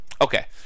Okay